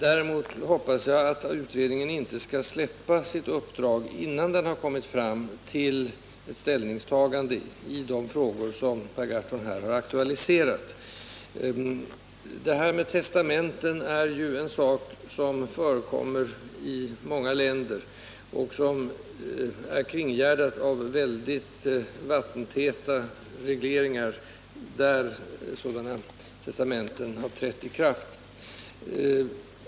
Däremot hoppas jag att utredningen inte skall släppa sitt uppdrag innan den har kommit fram till ett ställningstagande i de frågor som Per Gahrton här har aktualiserat. Det här med testamenten är ju en sak som förekommer i många länder och som är kringgärdad av väldigt vattentäta regleringar för att sådana testamenten skall kunna träda i kraft.